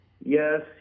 Yes